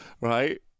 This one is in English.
right